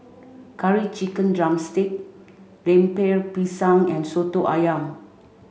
curry chicken drumstick Lemper Pisang and Soto Ayam